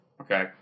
Okay